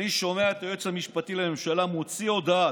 אני שומע את היועץ המשפטי לממשלה מוציא הודעה,